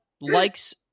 likes